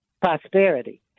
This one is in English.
prosperity